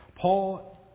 Paul